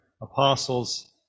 apostles